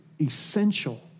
essential